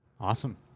Awesome